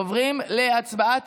עוברים להצבעה.